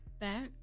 back